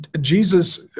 jesus